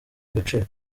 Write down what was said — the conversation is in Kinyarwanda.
agaciro